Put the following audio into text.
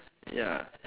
ya